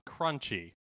crunchy